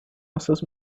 nossas